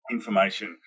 Information